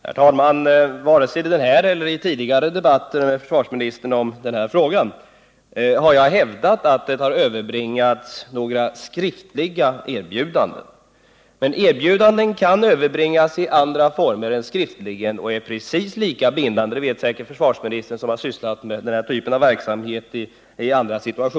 Herr talman! Varken i denna eller i tidigare debatter med försvarsministern om den här frågan har jag hävdat att det överbringats några skriftliga erbjudanden. Men erbjudanden kan överbringas i andra former och ändå vara precis lika bindande, t.ex. om de framförs muntligen — det vet säkert försvarsministern som har sysslat med den här typen av verksamhet i andra sammanhang.